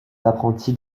apprentis